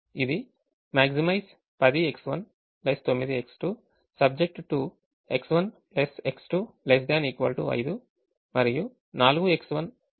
ఇది maximize 10X19X2 subject to X1X2 ≤ 5 మరియు 4X1 ≥ 24